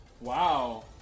Wow